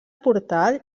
portal